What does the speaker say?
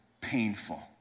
painful